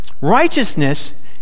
Righteousness